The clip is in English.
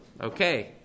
okay